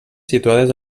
situades